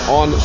on